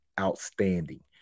outstanding